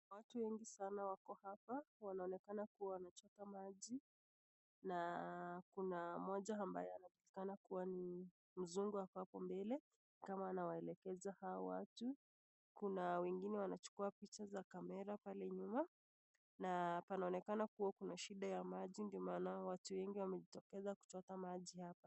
Watu wengi sana wako hapa wanaonekana kuwa wanachota maji na kuna mmoja ambaye anaonekana kuwa ni mzungu ako hapo mbele kama anawaelekeza hawa watu. Kuna wengine wanachukua picha za kamera pale nyuma na panaonekana kuwa kunashinda ya maji ndo maanao watu wengi wamejitokeza kuchota maji hapa.